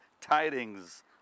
tidings